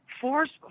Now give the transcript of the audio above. force